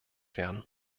werden